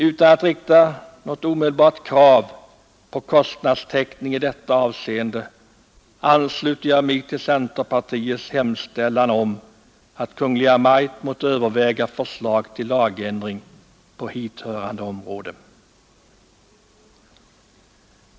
Utan att rikta något omedelbart krav på kostnadstäckning i detta avseende ansluter jag mig till centerpartiets hemställan om att Kungl. Maj:t måtte överväga förslag till lagändring på hithörande område.